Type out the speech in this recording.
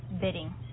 bidding